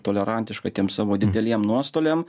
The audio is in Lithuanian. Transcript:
tolerantiška tiems savo dideliem nuostoliam